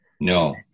No